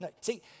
See